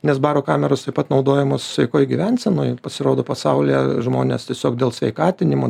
nes baro kameros taip pat naudojamos sveikoj gyvensenoj pasirodo pasaulyje žmonės tiesiog dėl sveikatinimo